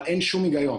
אבל אין שום היגיון,